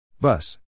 Bus